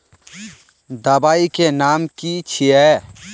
दबाई के नाम की छिए?